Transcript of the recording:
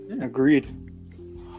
Agreed